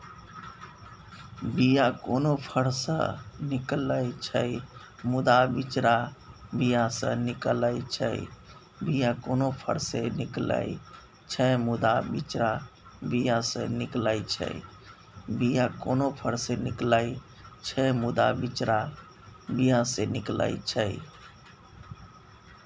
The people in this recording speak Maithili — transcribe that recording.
बीया कोनो फर सँ निकलै छै मुदा बिचरा बीया सँ निकलै छै